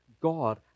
God